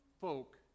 folk